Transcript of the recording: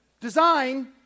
Design